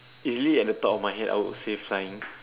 easily at the top of my head I would say flying